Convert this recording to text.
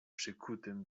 przykutym